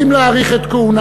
האם רוצים להאריך את הכהונה?